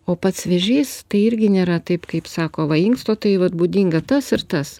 o pats vėžys tai irgi nėra taip kaip sako va inksto tai vat būdinga tas ir tas